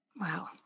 Wow